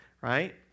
right